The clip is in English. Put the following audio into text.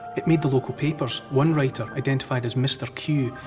it made the local papers. one writer, identified as mr q,